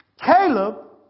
Caleb